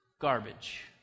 Garbage